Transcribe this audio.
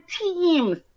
teams